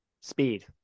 speed